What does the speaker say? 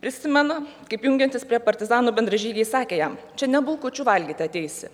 prisimenu kaip jungiantis prie partizanų bendražygiai sakė jam čia ne bulkučių valgyti ateisi